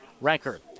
record